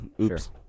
Oops